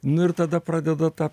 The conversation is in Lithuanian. nu ir tada pradeda ta